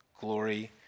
Glory